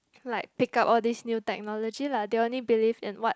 like pick up all these new technology lah they only believe in what